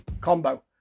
combo